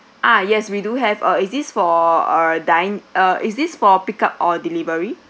ah yes we do have uh is this for uh dine in uh is this for pick up or delivery